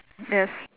yes